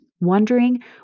wondering